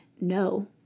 no